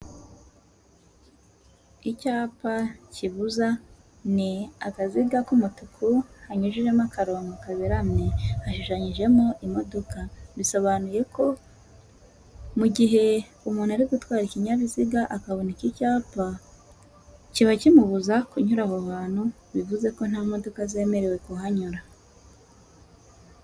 Icyapa kibuza ni akaziga k'umutuku hanyujijemo akaronko kaberamye aheshanyijemo imodoka, bisobanuye ko mu gihe umuntu ari gutwara ikinyabiziga akabona iki cyapa kiba kimubuza kunyura mu bantu bivuze ko nta modoka zemerewe kuhanyura.